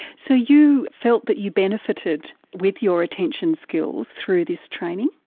so you felt that you benefited with your attention skills through this training?